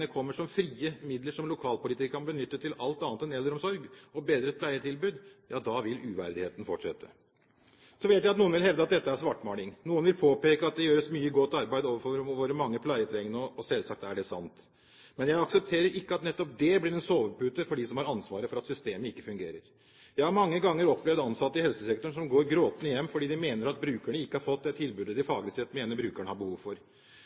pengene kommer som frie midler som lokalpolitikere kan benytte til alt annet enn eldreomsorg og bedret pleietilbud, ja da vil uverdigheten fortsette. Så vet jeg at noen vil hevde at dette er svartmaling. Noen vil påpeke at det gjøres mye godt arbeid overfor våre mange pleietrengende. Selvsagt er det sant, men jeg aksepterer ikke at nettopp dét blir en sovepute for dem som har ansvaret for at systemet ikke fungerer. Jeg har mange ganger opplevd ansatte i helsesektoren som går gråtende hjem, fordi de mener at brukerne ikke har fått det tilbudet de faglig sett mener disse har behov for.